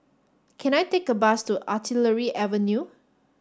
can I take a bus to Artillery Avenue